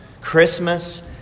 Christmas